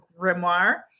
Grimoire